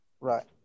Right